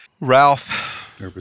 Ralph